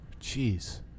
Jeez